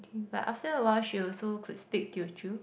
but after awhile she also could speak Teochew